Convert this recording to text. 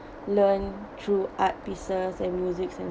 learn through art pieces and musics and